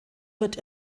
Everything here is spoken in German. wird